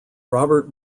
robert